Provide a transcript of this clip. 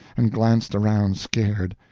and glanced around scared!